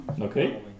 Okay